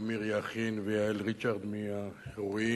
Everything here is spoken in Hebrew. למירי יכין ויעל ריצ'ארדס מאגף אירועים,